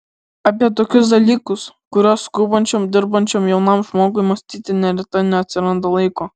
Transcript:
apie tokius dalykus kuriuos skubančiam dirbančiam jaunam žmogui mąstyti neretai neatsiranda laiko